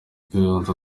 kayonza